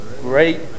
great